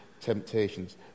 temptations